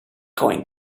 going